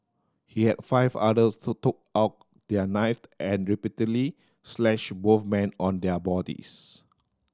he have five others to took out their knife and repeatedly slashed both men on their bodies